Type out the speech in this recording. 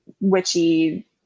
witchy